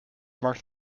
marked